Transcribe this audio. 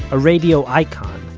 a radio icon,